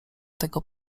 tego